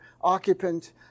occupant